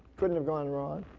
couldn't have gone wrong.